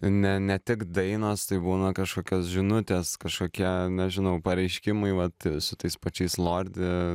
ne ne tik dainos tai būna kažkokios žinutės kažkokie nežinau pareiškimai vat su tais pačiais lordi